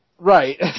Right